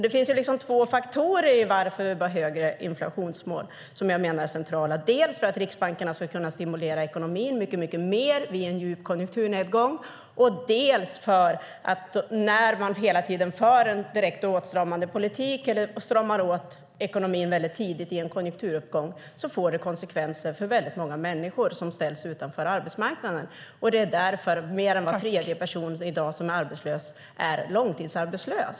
Det finns två anledningar till att vi bör ha ett högre inflationsmål som jag menar är centrala. Riksbankerna ska kunna stimulera ekonomin mycket mer vid en djup konjunkturnedgång, och när man hela tiden för en direkt åtstramande politik eller stramar åt ekonomin tidigt i en konjunkturuppgång får det konsekvenser för väldigt många människor som ställs utanför arbetsmarknaden. Det är därför mer än var tredje person som är arbetslös i dag är långtidsarbetslös.